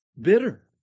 Bitter